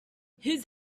his